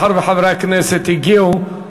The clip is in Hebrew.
מאחר שחברי הכנסת הגיעו,